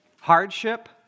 hardship